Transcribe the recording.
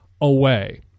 away